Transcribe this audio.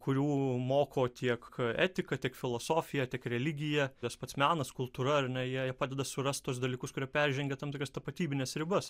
kurių moko tiek etika tiek filosofija tiek religija tas pats menas kultūra ar ne jai padeda surasti tuos dalykus kurie peržengia tam tikras tapatybines ribas